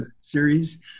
series